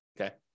okay